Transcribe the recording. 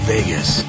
Vegas